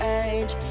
age